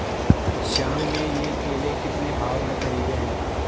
श्याम ने ये केले कितने भाव में खरीदे हैं?